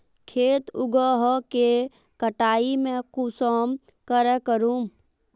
खेत उगोहो के कटाई में कुंसम करे करूम?